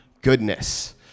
goodness